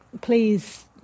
please